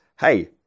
hey